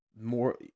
more